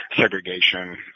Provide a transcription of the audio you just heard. segregation